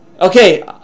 Okay